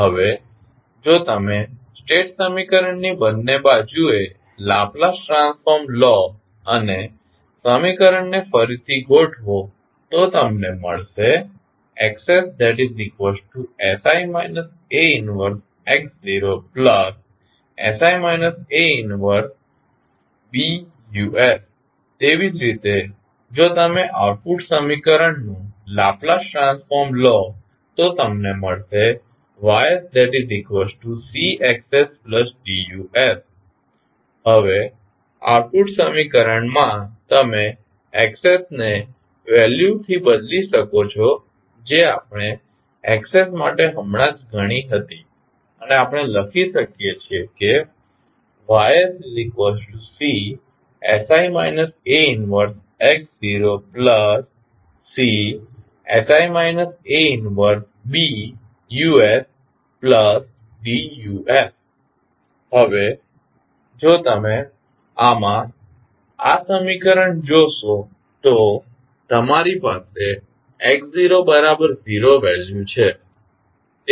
હવે જો તમે સ્ટેટ સમીકરણની બંને બાજુએ લાપ્લાસ ટ્રાન્સફોર્મ લો અને સમીકરણને ફરીથી ગોઠવો તો તમને મળશે XssI A 1x0 1BUs તેવી જ રીતે જો તમે આઉટપુટ સમીકરણનું લાપ્લાસ ટ્રાન્સફોર્મ લો તો તમને મળશે YsCXsDUs હવે આઉટપુટ સમીકરણમાં તમે Xs ને વેલ્યુ થી બદલી શકો છો જે આપણે Xs માટે હમણાં જ ગણી હતી અને આપણે લખી શકીએ છીએ YsCsI A 1x0CsI A 1BUsDUs હવે જો તમે આમાં આ સમીકરણ જોશો તો તમારી પાસે x0 વેલ્યુ છે